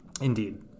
Indeed